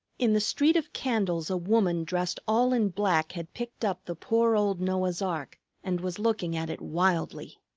in the street of candles a woman dressed all in black had picked up the poor old noah's ark and was looking at it wildly.